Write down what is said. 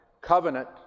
Covenant